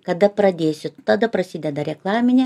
kada pradėsit tada prasideda reklaminė